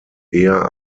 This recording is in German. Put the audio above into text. eher